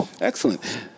Excellent